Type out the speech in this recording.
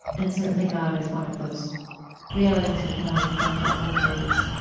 and certainly, god is one of those realities we can only point at with words.